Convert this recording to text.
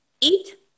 eat